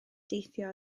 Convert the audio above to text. deithio